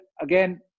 Again